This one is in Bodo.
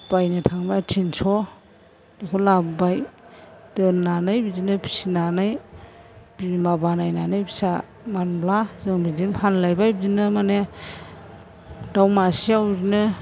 बायनो थाङोबा तिनस' बेखौ लाबोबाय दोननानै बिदिनो फिसिनानै बिमा बानायनानै फिसा मोनोब्ला जों बिदिनो फानलायबाय बिदिनो माने दाउ मासेयाव बिदिनो